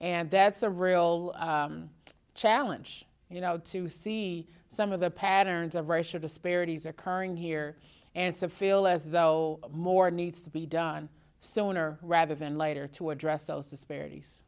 and that's a real challenge you know to see some of the patterns of racial disparities occurring here ansa feel as though more needs to be done so when or rather than later to address those disparities